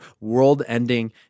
world-ending